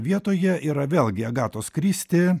vietoje yra vėlgi agatos kristi